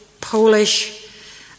Polish